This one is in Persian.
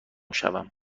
شوم